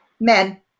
Men